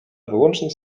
wyłącznie